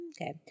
Okay